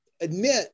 admit